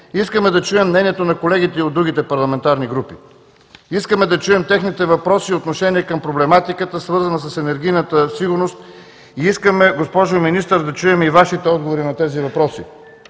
искаме да чуем мнението на колегите и от другите парламентарни групи. Искаме да чуем техните въпроси и отношение към проблематиката, свързана с енергийната сигурност. Искаме, госпожо Министър, да чуем и Вашите отговори на тези въпроси.